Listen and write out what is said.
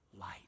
light